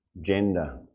gender